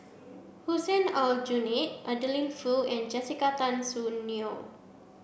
Hussein Aljunied Adeline Foo and Jessica Tan Soon Neo